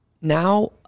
now